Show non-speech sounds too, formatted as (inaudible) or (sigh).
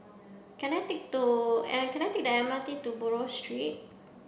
can I take (unintelligible) and can I take the M R T to Buroh Street